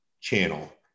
channel